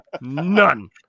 None